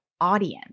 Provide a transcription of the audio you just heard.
audience